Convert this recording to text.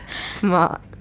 Smart